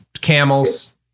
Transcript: camels